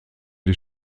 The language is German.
die